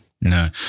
No